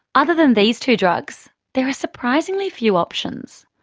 other than these two drugs, there are surprisingly few optionssandra